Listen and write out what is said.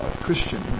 Christian